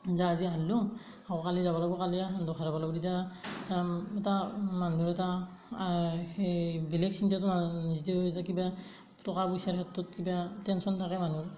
যে আজি হাৰিলোঁ অহা কালি যাব লাগিব কালি খেলটো খেলব লাগিব তেতিয়া এটা মানুহৰ এটা সেই বেলেগ চিন্তাতো যিটো এইটো কিবা টকা পইচাৰ ক্ষেত্ৰত কিবা টেনচন থাকে মানুহৰ